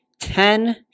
Ten